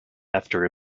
after